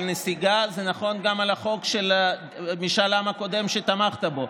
נסיגה זה נכון גם על החוק של משאל העם הקודם שתמכת בו,